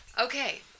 okay